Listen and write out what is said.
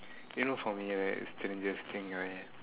you know for me right the strangest thing right